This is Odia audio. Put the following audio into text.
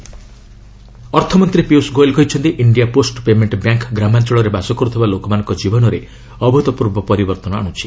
ପିୟୁଷ ଗୋଏଲ ଅର୍ଥମନ୍ତ୍ରୀ ପିୟୁଷ ଗୋଏଲ କହିଛନ୍ତି ଇଣ୍ଡିଆ ପୋଷ୍ଟ ପେମେଣ୍ଟ ବ୍ୟାଙ୍କ ଗ୍ରାମାଞ୍ଚଳରେ ବାସ କରୁଥିବା ଲୋକମାନଙ୍କ ଜୀବନରେ ଅଭୂତପୂର୍ବ ପରିବର୍ତ୍ତନ ଆଣୁଛି